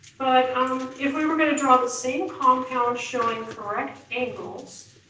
um if we were gonna draw the same compound showing correct angles,